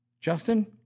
Justin